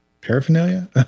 Paraphernalia